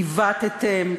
עיוותם,